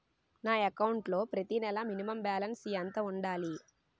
నా అకౌంట్ లో ప్రతి నెల మినిమం బాలన్స్ ఎంత ఉండాలి?